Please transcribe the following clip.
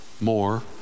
more